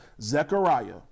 Zechariah